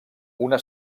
una